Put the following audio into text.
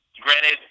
Granted